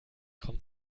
kommt